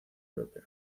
europeo